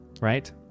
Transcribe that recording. right